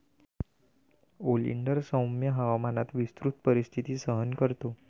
oleander सौम्य हवामानात विस्तृत परिस्थिती सहन करतो